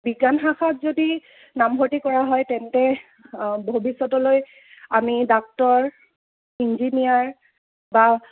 বিজ্ঞান শাখাত যদি নামভৰ্তি কৰা হয় তেন্তে ভৱিষ্যতলৈ আমি ডাক্তৰ ইঞ্জিনিয়াৰ বা